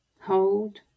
hold